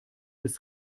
des